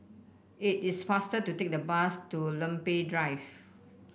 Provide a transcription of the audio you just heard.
it is faster to take the bus to Lempeng Drive